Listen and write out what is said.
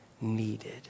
needed